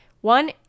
One